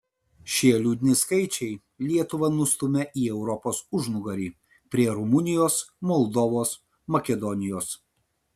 šie liūdni skaičiai lietuvą nustumia į europos užnugarį prie rumunijos moldovos makedonijos